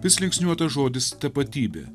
vis linksniuotas žodis tapatybė